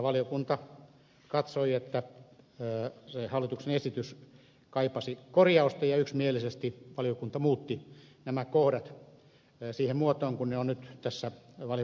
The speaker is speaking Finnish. valiokunta katsoi että hallituksen esitys kaipasi korjausta ja yksimielisesti valiokunta muutti nämä kohdat siihen muotoon kuin ne ovat nyt tässä valiokunnan mietinnössä